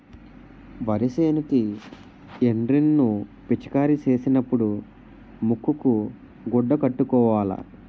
వరి సేనుకి ఎండ్రిన్ ను పిచికారీ సేసినపుడు ముక్కుకు గుడ్డ కట్టుకోవాల